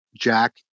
Jack